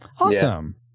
Awesome